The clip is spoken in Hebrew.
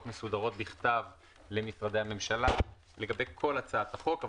מסודרות בכתב למשרדי הממשלה לגבי כל הצעת החוק,